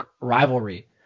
rivalry